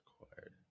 required